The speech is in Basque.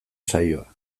saioa